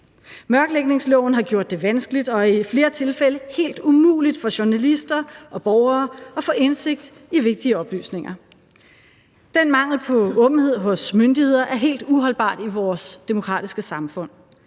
Mørklægningsloven har gjort det vanskeligt og i flere tilfælde helt umuligt for journalister og borgere at få indsigt i vigtige oplysninger. Den mangel på åbenhed hos myndigheder er helt uholdbar i vores demokratiske samfund.